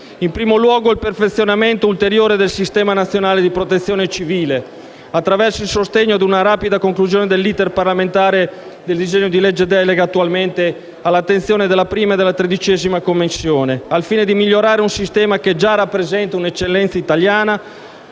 In primo luogo, il perfezionamento ulteriore del Sistema nazionale di protezione civile, attraverso il sostegno a una rapida conclusione dell'*iter* parlamentare del disegno di legge delega, attualmente all'esame delle Commissioni la e 13a del Senato, al fine di migliorare un sistema che già rappresenta un'eccellenza italiana,